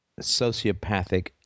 sociopathic